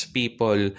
people